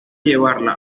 llevarla